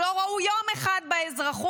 שלא ראו יום אחד באזרחות,